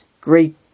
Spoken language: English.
great